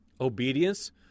Obedience